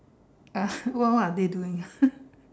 uh what what are they doing ah